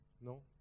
Non